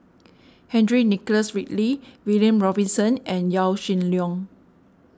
Henry Nicholas Ridley William Robinson and Yaw Shin Leong